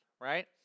right